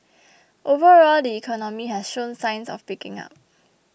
overall the economy has shown signs of picking up